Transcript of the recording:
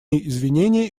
извинения